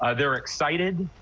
ah they're excited.